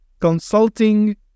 consulting